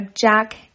Jack